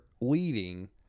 leading